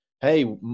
hey